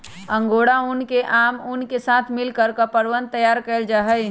angora ऊन के आम ऊन के साथ मिलकर कपड़वन तैयार कइल जाहई